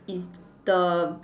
is the